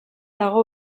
dago